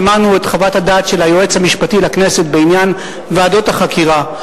שמענו את חוות הדעת של היועץ המשפטי לכנסת בעניין ועדות החקירה,